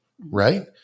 right